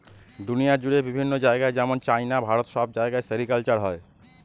দুনিয়া জুড়ে বিভিন্ন জায়গায় যেমন চাইনা, ভারত সব জায়গায় সেরিকালচার হয়